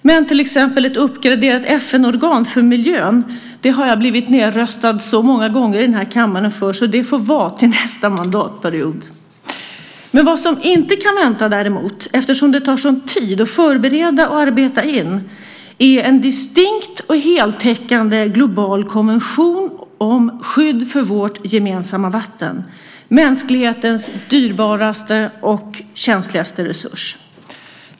Men till exempel i frågan om ett uppgraderat FN-organ för miljön har jag blivit nedröstad så många gånger i den här kammaren, så det får vara till nästa mandatperiod. Något som däremot inte kan vänta eftersom det tar sådan tid att förbereda och arbeta in är en distinkt och heltäckande global konvention om skydd för vårt gemensamma vatten - mänsklighetens dyrbaraste och känsligaste resurs.